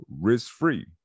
risk-free